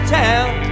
town